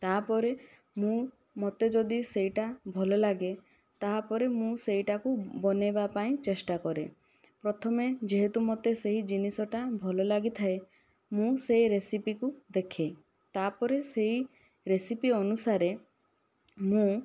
ତା'ପରେ ମୁଁ ମତେ ଯଦି ସେହିଟା ଭଲ ଲାଗେ ତା'ପରେ ମୁଁ ସେହିଟାକୁ ବନାଇବା ପାଇଁ ଚେଷ୍ଟା କରେ ପ୍ରଥମେ ଯେହେତୁ ମୋତେ ସେହି ଜିନିଷଟା ଭଲ ଲାଗିଥାଏ ମୁଁ ସେ ରେସିପିକୁ ଦେଖେ ତା'ପରେ ସେହି ରେସିପି ଅନୁସାରେ ମୁଁ